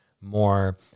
more